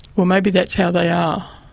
well maybe that's how they are.